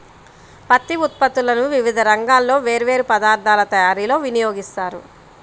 పత్తి ఉత్పత్తులను వివిధ రంగాల్లో వేర్వేరు పదార్ధాల తయారీలో వినియోగిస్తారు